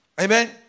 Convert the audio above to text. Amen